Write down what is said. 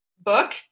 book